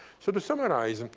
so to summarize, and